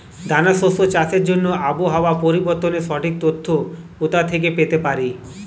দানা শস্য চাষের জন্য আবহাওয়া পরিবর্তনের সঠিক তথ্য কোথা থেকে পেতে পারি?